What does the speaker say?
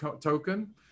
token